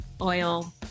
oil